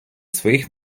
своїх